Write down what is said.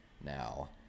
now